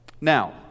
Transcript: Now